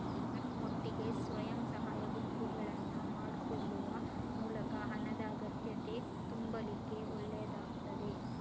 ನರ್ಮ್ ಒಟ್ಟಿಗೆ ಸ್ವ ಸಹಾಯ ಗುಂಪುಗಳನ್ನ ಮಾಡಿಕೊಳ್ಳುವ ಮೂಲಕ ಹಣದ ಅಗತ್ಯತೆ ತುಂಬಲಿಕ್ಕೆ ಒಳ್ಳೇದಾಗ್ತದೆ